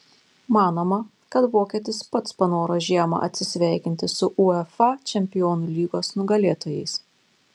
manoma kad vokietis pats panoro žiemą atsisveikinti su uefa čempionų lygos nugalėtojais